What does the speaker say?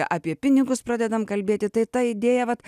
apie pinigus pradedam kalbėti tai ta idėja vat